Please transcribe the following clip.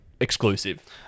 exclusive